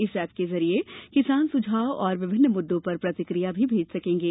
इस ऐप के जरिए किसान सुझाव और विभिन्न मुद्दों पर प्रतिक्रिया भी भेज सकेगे